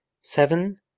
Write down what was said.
Seven